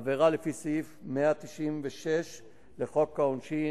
עבירה לפי סעיף 196 לחוק העונשין,